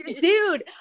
Dude